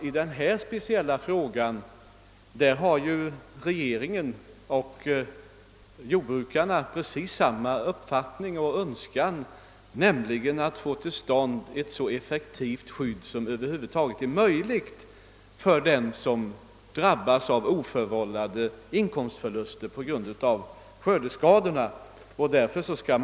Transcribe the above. — I denna speciella fråga har regeringen och jordbrukarna precis samma uppfattning och önskan, nämligen att få till stånd ett så effektivt skydd som det över huvud taget är möjligt för den som drabbas av oförvållade inkomstminskningar på grund av skördeskador. Därför skall.